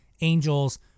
Angels